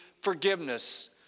forgiveness